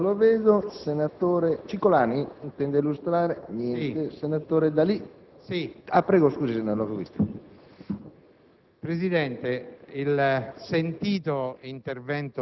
politico di un nuovo modo di intendere lo sviluppo nel Sud e continueremo a batterci per essa. Ma ragionevolmente, prendendo atto di questa vostra inclinazione ideologica,